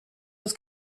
uns